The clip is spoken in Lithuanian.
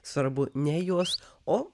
svarbu ne jos o